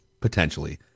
Potentially